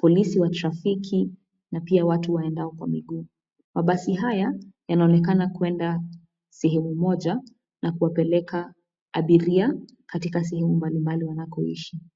polisi wa trafiki, na pia watu waendao kwa miguu. Mabasi haya, yanaonekana kuenda sehemu moja, na kuwapeleka abiria, katika sehemu mbalimbali wanakoishi.